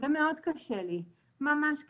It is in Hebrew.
זה מאוד קשה לי, ממש קשה.